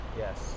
yes